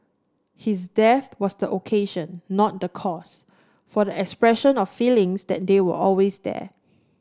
his death was the occasion not the cause for the expression of feelings that they were always there